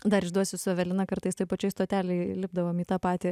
dar išduosiu su evelina kartais toj pačioj stotelėj lipdavom į tą patį